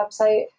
website